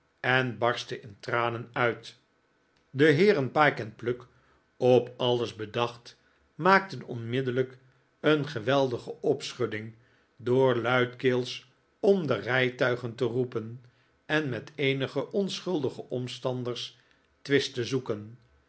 en barstte in tranen uit de heere n pyke en pluck op alles bedacht maakten onmiddellijk een geweldige opschudding door luidkeels om de rijtuigen te roepen en met eenige onschuldige omstanders twist te zoeken